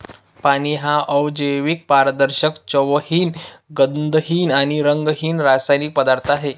पाणी हा अजैविक, पारदर्शक, चवहीन, गंधहीन आणि रंगहीन रासायनिक पदार्थ आहे